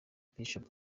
bishop